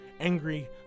Angry